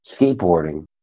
skateboarding